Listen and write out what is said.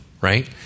right